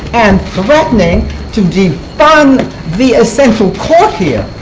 and threatening to defund the essential court here,